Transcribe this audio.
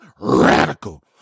Radical